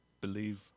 believe